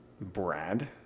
Brad